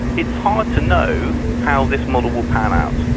it's hard to know how this model will pan out.